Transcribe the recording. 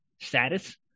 status